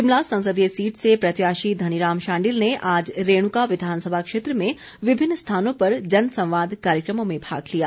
शिमला संसदीय सीट से प्रत्याशी धनीराम शांडिल ने आज रेणुका विधानसभा क्षेत्र में विभिन्न स्थानों पर जन संवाद कार्यक्रमों में भाग लिया